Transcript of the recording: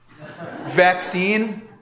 vaccine